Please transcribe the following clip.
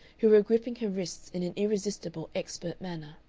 who were gripping her wrists in an irresistible expert manner.